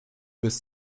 bis